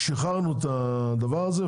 שחררנו את הדבר הזה,